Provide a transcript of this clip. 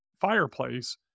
fireplace